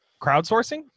crowdsourcing